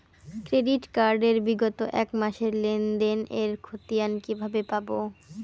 Credit card এর বিগত এক মাসের লেনদেন এর ক্ষতিয়ান কি কিভাবে পাব?